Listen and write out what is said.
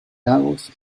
lagos